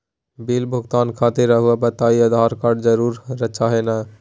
Bill भुगतान खातिर रहुआ बताइं आधार कार्ड जरूर चाहे ना?